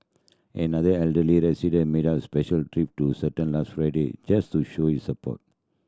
another elderly resident made a special trip to certain last just to show his support